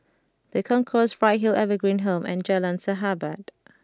The Concourse Bright Hill Evergreen Home and Jalan Sahabat